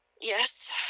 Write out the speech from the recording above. Yes